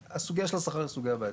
הסוגייה של השכר היא סוגייה בעייתית,